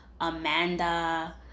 Amanda